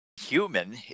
human